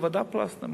מה זו ועדת-פלסנר?